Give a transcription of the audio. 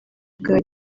bwa